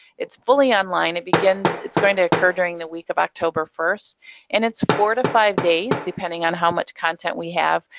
it's fully online, it begins. it's going to occur during the week of october first and it's four to five days, depending on how much content we have,